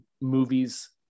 movies